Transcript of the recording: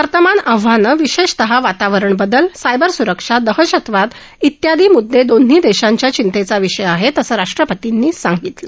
वर्तमान आव्हान विशेषतः वातवरण बदल सायबर सुरक्षा दहशतवाद इत्यादी मुद्दे दोन्ही देशांच्या चिंतेचा विषय आहेत असं राष्ट्रपतींनी सांगितलं